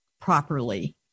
properly